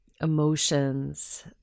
emotions